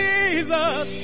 Jesus